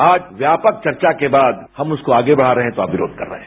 आज व्यापक चर्चा के बाद हम उसको आगे बढा रहे हैं तो आप विरोध कर रहे हैं